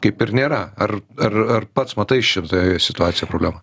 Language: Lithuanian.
kaip ir nėra ar ar ar pats matai šitoj situacijoj problemą